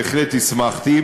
בהחלט הסמכתי,